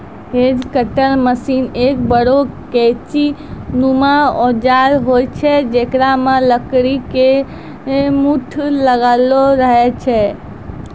hedge cutter machine एक बड़ो कैंची नुमा औजार होय छै जेकरा मॅ लकड़ी के मूठ लागलो रहै छै